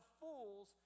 fools